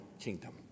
kingdom